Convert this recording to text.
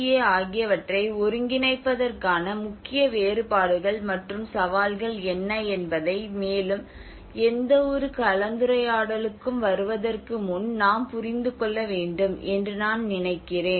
ஏ ஆகியவற்றை ஒருங்கிணைப்பதற்கான முக்கிய வேறுபாடுகள் மற்றும் சவால்கள் என்ன என்பதை மேலும் எந்தவொரு கலந்துரையாடலுக்கும் வருவதற்கு முன்பு நாம் புரிந்து கொள்ள வேண்டும் என்று நான் நினைக்கிறேன்